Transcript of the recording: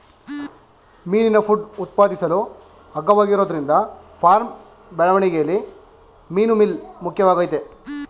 ಮೀನಿನ ಫುಡ್ ಉತ್ಪಾದಿಸಲು ಅಗ್ಗವಾಗಿರೋದ್ರಿಂದ ಫಾರ್ಮ್ ಬೆಳವಣಿಗೆಲಿ ಮೀನುಮೀಲ್ ಮುಖ್ಯವಾಗಯ್ತೆ